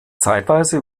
zeitweise